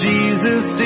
Jesus